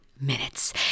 Minutes